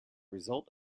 result